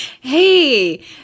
hey